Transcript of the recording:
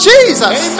Jesus